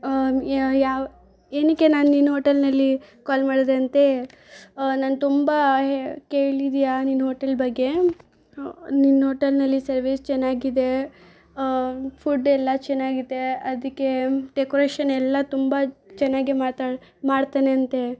ಯಾವ ಏನಕ್ಕೆ ನಾನು ನಿನ್ನ ಹೋಟೆಲ್ನಲ್ಲಿ ಕಾಲ್ ಮಾಡಿದೆ ಅಂತೆ ನಾನು ತುಂಬ ಹೇ ಕೇಳಿದೆಯಾ ನಿನ್ನ ಹೋಟೆಲ್ ಬಗ್ಗೆ ನಿನ್ನ ಹೋಟೆಲ್ನಲ್ಲಿ ಸರ್ವಿಸ್ ಚೆನ್ನಾಗಿದೆ ಫುಡ್ ಎಲ್ಲ ಚೆನ್ನಾಗಿದೆ ಅದಕ್ಕೆ ಡೆಕೋರೇಷನ್ ಎಲ್ಲ ತುಂಬ ಚೆನ್ನಾಗಿ ಮಾತಾಡ್ತಾ ಮಾಡ್ತೇನೆ ಅಂತ